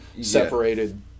separated